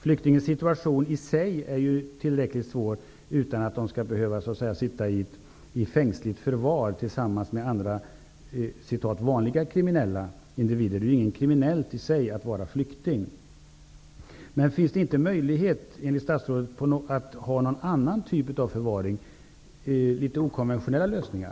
Flyktingsituationen i sig är ju tillräckligt svår utan att flyktingarna skall behöva sitta i fängsligt förvar tillsammans med andra ''vanliga'' kriminella individer. Det är ju inte kriminellt i sig att vara flykting. Finns det inte möjlighet, enligt statsrådet, att ha någon annan typ av förvaring t.ex. med hjälp av okonventionella lösningar?